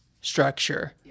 structure